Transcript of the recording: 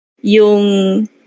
Yung